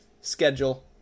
schedule